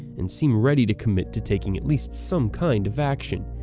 and seem ready to commit to taking at least some kind of action.